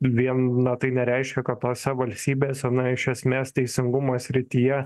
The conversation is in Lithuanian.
vien na tai nereiškia kad tose valstybėse na iš esmės teisingumo srityje